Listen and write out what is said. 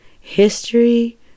history